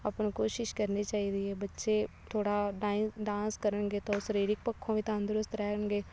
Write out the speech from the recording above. ਆਪਾਂ ਨੂੰ ਕੋਸ਼ਿਸ਼ ਕਰਨੀ ਚਾਹੀਦੀ ਹੈ ਬੱਚੇ ਥੋੜ੍ਹਾ ਡਾਇ ਡਾਂਸ ਕਰਨਗੇ ਤਾਂ ਉਹ ਸਰੀਰਕ ਪੱਖੋਂ ਵੀ ਤੰਦਰੁਸਤ ਰਹਿਣਗੇ